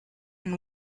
and